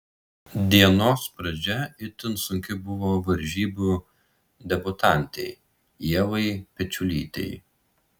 dienos pradžia itin sunki buvo varžybų debiutantei ievai pečiulytei